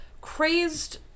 crazed